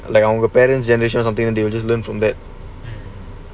like all the parents generation or something and they will just learn from that